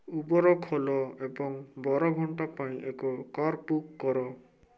Uber ଖୋଲ ଏବଂ ବାର ଘଣ୍ଟା ପାଇଁ ଏକ କାର୍ ବୁକ୍ କର